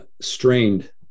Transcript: Strained